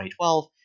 2012